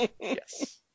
Yes